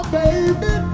baby